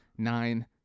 Nine